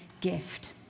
gift